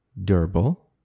durable